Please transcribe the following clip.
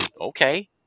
okay